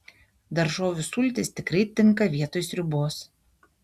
daržovių sultys tikrai tinka vietoj sriubos